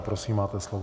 Prosím, máte slovo.